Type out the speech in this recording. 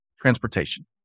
Transportation